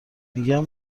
میگم